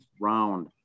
round